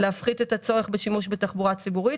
להפחית את הצורך בשימוש בתחבורה ציבורית